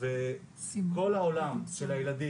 וכל העולם של הילדים,